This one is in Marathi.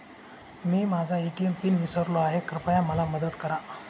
मी माझा ए.टी.एम पिन विसरलो आहे, कृपया मला मदत करा